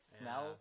smell